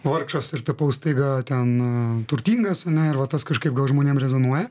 vargšas ir tapau staiga ten turtingas a ne ir va tas kažkaip gal žmonėm rezonuoja